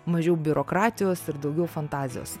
mažiau biurokratijos ir daugiau fantazijos